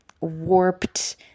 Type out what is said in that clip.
warped